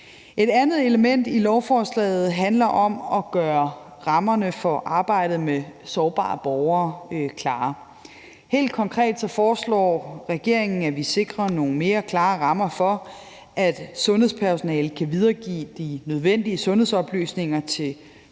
Et andet element i i lovforslaget handler om at gøre rammerne for arbejdet med sårbare borgere klare. Helt konkret foreslår regeringen, at vi sikrer nogle mere klare rammer for, at sundhedspersonale kan videregive de nødvendige sundhedsoplysninger til